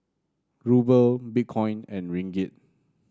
Ruble Bitcoin and Ringgit